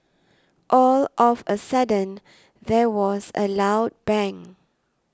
all of a sudden there was a loud bang